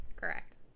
Correct